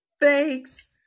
Thanks